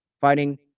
Fighting